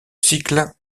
cycle